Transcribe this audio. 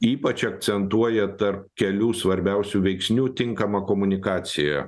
ypač akcentuoja tarp kelių svarbiausių veiksnių tinkamą komunikaciją